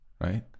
right